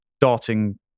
darting